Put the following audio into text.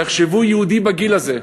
תחשבו, יהודי בגיל הזה,